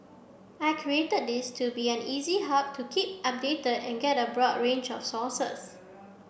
I created this to be an easy hub to keep updated and get a broad range of sources